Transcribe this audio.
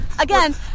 Again